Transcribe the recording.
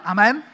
Amen